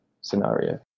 scenario